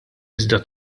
iżda